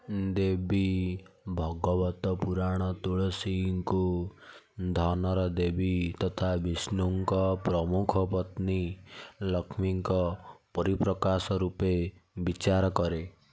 ଦେବୀ ଭାଗବତ ପୁରାଣ ତୁଳସୀଙ୍କୁ ଧନର ଦେବୀ ତଥା ବିଷ୍ଣୁଙ୍କ ପ୍ରମୁଖ ପତ୍ନୀ ଲକ୍ଷ୍ମୀଙ୍କ ପରିପ୍ରକାଶ ରୂପେ ବିଚାର କରେ